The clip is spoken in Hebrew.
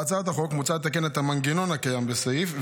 בהצעת החוק מוצע לתקן את המנגנון הקיים בסעיף,